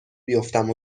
بیفتم